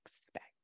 expect